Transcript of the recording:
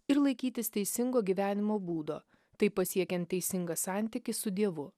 ir laikytis teisingo gyvenimo būdo taip pasiekiant teisingą santykį su dievu